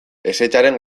ezetzaren